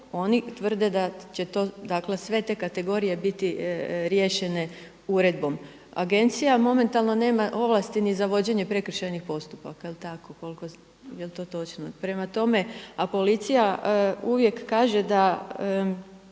oni tvrde da će sve te kategorije biti riješene uredbom. Agencija momentalno nema ovlasti ni za vođenje prekršajnih postupaka, jel to točno, prema tome, a policija uvijek kaže da